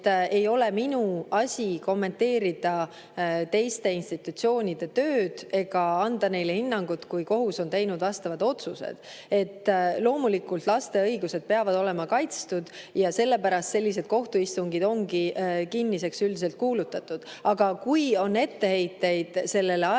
Ei ole minu asi kommenteerida teiste institutsioonide tööd ega anda neile hinnangut, kui kohus on teinud vastavad otsused. Loomulikult, laste õigused peavad olema kaitstud ja sellepärast sellised kohtuistungid ongi üldiselt kinniseks kuulutatud. Aga kui on etteheiteid sellele